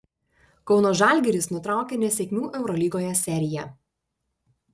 kauno žalgiris nutraukė nesėkmių eurolygoje seriją